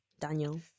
Daniel